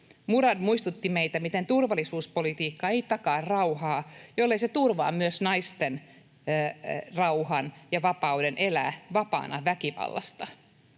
Murad muistutti meitä siitä, miten turvallisuuspolitiikka ei takaa rauhaa, jollei se turvaa myös naisten rauhaa ja vapautta elää vapaana väkivallasta.